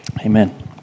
Amen